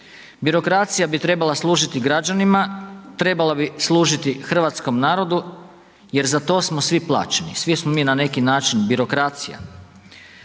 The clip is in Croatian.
Birokracija bi trebala služiti građanima, trebala bi služiti hrvatskom narodu, jer za to smo svi plaćeni svi smo mi na neki način birokracija.